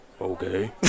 okay